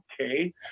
okay